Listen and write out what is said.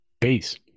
Peace